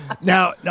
now